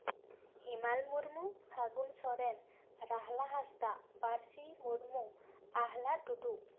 Hemal Murmu Phagun Soren Rahla Hansda Parsi Murmu Ahla Tudu